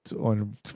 on